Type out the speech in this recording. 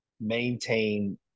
maintain